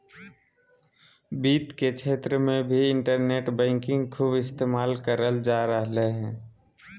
वित्त के क्षेत्र मे भी इन्टरनेट बैंकिंग खूब इस्तेमाल करल जा रहलय हें